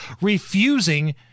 refusing